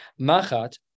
Machat